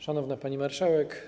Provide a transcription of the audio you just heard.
Szanowna Pani Marszałek!